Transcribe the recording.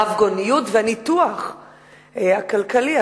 הרבגוניות וניתוח כלכלי.